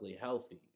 healthy